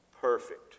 Perfect